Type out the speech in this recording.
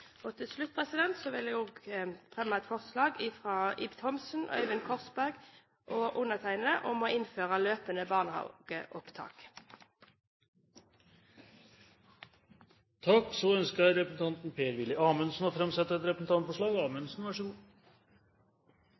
Og til slutt vil jeg fremme forslag fra Ib Thomsen, Øyvind Korsberg og undertegnede om å innføre løpende barnehageopptak. Representanten Per-Willy Amundsen vil framsette et representantforslag.